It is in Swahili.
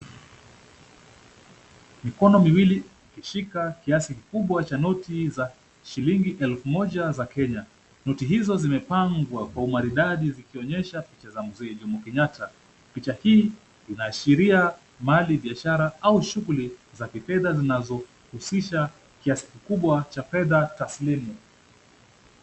Mikono miwili ikishika kiasi kikubwa cha noti za shilingi elfu moja za Kenya. Noti hizo zimepangwa kwa umaridadi zikionyesha picha ya Mzee Jomo Kenyatta. Picha hii inaashiria mali, biashara au shughuli za kifedha zinazohusisha kiasi kikubwa cha fedha taslimu.